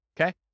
Okay